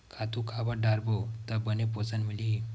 खातु काबर डारबो त बने पोषण मिलही?